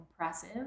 impressive